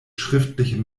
schriftliche